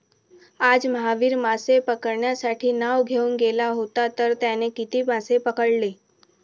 आज महावीर मासे पकडण्यासाठी नाव घेऊन गेला होता तर त्याने किती मासे पकडले?